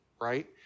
Right